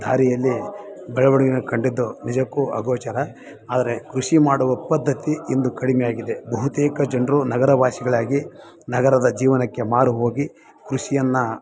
ದಾರಿಯಲ್ಲಿ ಬೆಳವಣಿಗೆನ ಕಂಡಿದ್ದು ನಿಜಕ್ಕೂ ಅಗೋಚರ ಆದರೆ ಕೃಷಿ ಮಾಡುವ ಪದ್ಧತಿ ಇಂದು ಕಡಿಮೆಯಾಗಿದೆ ಬಹುತೇಕ ಜನರು ನಗರವಾಸಿಗಳಾಗಿ ನಗರದ ಜೀವನಕ್ಕೆ ಮಾರು ಹೋಗಿ ಕೃಷಿಯನ್ನು